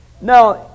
Now